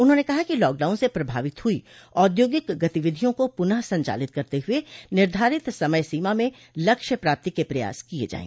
उन्होंने कहा कि लॉकडाउन से प्रभावित हुई औद्योगिक गतिविधियों को पुनः संचालित करते हुए निर्धारित समय सीमा में लक्ष्य प्राप्ति के प्रयास किए जाएं